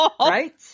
Right